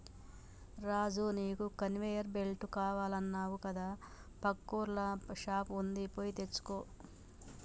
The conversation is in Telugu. రాజు నీకు కన్వేయర్ బెల్ట్ కావాలన్నావు కదా పక్కూర్ల షాప్ వుంది పోయి తెచ్చుకో